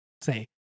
Say